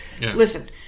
Listen